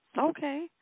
Okay